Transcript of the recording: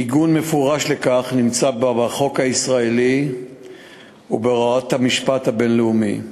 עיגון מפורש לכך נמצא בחוק הישראלי ובהוראות המשפט הבין-לאומי.